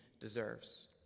deserves